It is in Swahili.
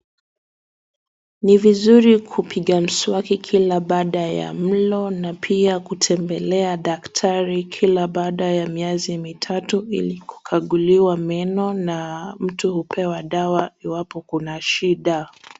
Ni vizuri kupiga mswaki kila baada ya mlo na pia kutembelea daktari kila baada ya miezi mitatu ili kukaguliwa meno na mtu hupewa dawa iwapo kuna shida.